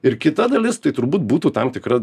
ir kita dalis tai turbūt būtų tam tikra